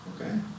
Okay